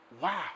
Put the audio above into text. Wow